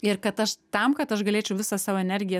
ir kad aš tam kad aš galėčiau visą savo energiją